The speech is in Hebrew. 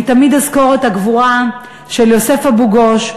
אני תמיד אזכור את הגבורה של יוסף אבו-גוש,